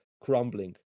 crumbling